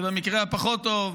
ובמקרה הפחות טוב,